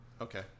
Okay